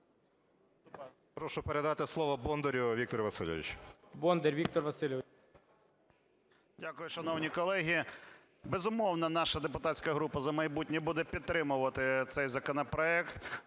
Дякую, шановні колеги. Безумовно, наша депутатська група "За майбутнє" буде підтримувати цей законопроект.